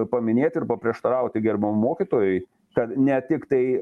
paminėti ir paprieštarauti gerbiamam mokytojui kad ne tiktai